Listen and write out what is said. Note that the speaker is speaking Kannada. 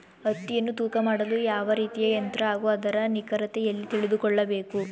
ಹತ್ತಿಯನ್ನು ತೂಕ ಮಾಡಲು ಯಾವ ರೀತಿಯ ಯಂತ್ರ ಹಾಗೂ ಅದರ ನಿಖರತೆ ಎಲ್ಲಿ ತಿಳಿದುಕೊಳ್ಳಬೇಕು?